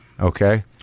Okay